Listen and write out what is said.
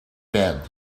bed